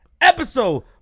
Episode